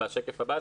בשקף הבא,